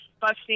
busting